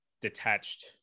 detached